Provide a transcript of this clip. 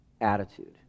attitude